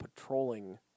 patrolling